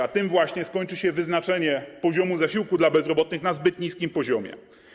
A tym właśnie skończy się wyznaczenie poziomu zasiłku dla bezrobotnych na zbyt niskim poziomie.